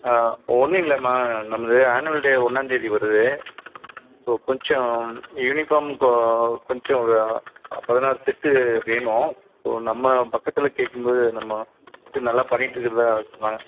ஒன்றும் இல்லைம்மா நமது ஆன்வல் டே ஒன்றாந்தேதி வருது ஸோ கொஞ்சம் யூனிஃபார்ம் கொ கொஞ்சம் பதினாறு செட்டு வேணும் ஸோ நம்ம பக்கத்தில் கேட்கும்போது நம்ம இது நல்லா பண்ணிகிட்ருக்கிறதா சொன்னாங்க